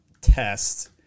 test